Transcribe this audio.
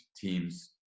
teams